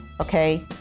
okay